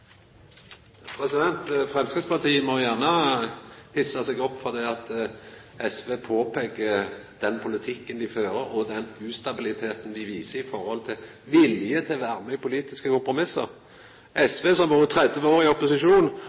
hjemme. Framstegspartiet må gjerne hissa seg opp fordi SV påpeiker den politikken dei fører og den ustabiliteten dei viser i viljen til å vera med i politiske kompromiss. SV, som har vore 30 år i opposisjon,